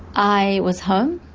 i was home,